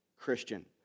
Christian